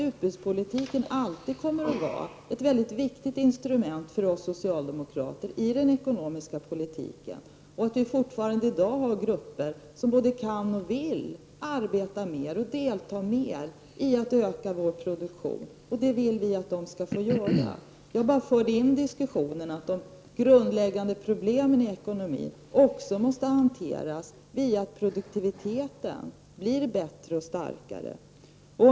Utbudspolitiken kommer alltid att vara ett viktigt instrument för oss socialdemokrater i den ekonomiska politiken. Vi har fortfarande grupper som både kan och vill arbeta mer för att öka vår produktion, och det vill vi att de skall få göra. Jag bara förde in i diskussionen att produktiviteten måste bli bättre för att vi skall klara de grundläggande problemen i ekonomin.